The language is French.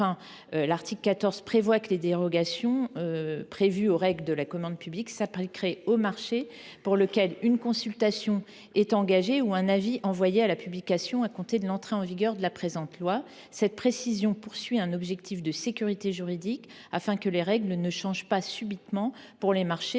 l’article 14 tend à prévoir que les dérogations aux règles de la commande publique s’appliqueront aux marchés pour lesquels une consultation est engagée ou un avis envoyé à la publication à compter de l’entrée en vigueur du présent texte. Cette précision vise un objectif de sécurité juridique pour éviter que les règles ne changent subitement pour les marchés